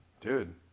Dude